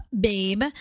Babe